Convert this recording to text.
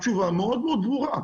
התשובה מאוד מאוד ברורה.